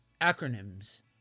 acronyms